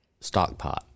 stockpot